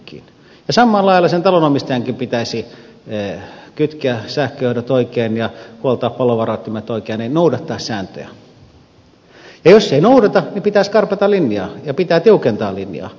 samalla lailla sen talonomistajankin pitäisi kytkeä sähköjohdot oikein ja huoltaa palovaroittimet oikein eli noudattaa sääntöjä ja jos ei noudata niin pitäisi skarpata linjaa ja pitää tiukentaa linjaa